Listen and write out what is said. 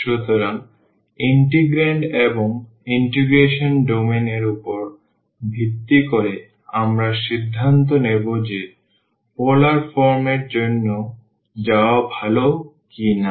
সুতরাং ইন্টিগ্রান্ড এবং integration domain এর উপর ভিত্তি করে আমরা সিদ্ধান্ত নেব যে পোলার ফর্ম এর জন্য যাওয়া ভাল কিনা